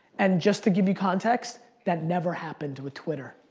and just to give you context, that never happened with twitter.